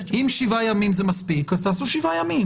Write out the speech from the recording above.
אם שבעה ימים זה מספיק אז תעשו שבעה ימים,